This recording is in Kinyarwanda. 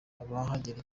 ahagera